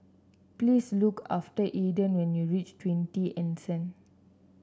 please look after Alden when you reach Twenty Anson